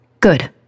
Good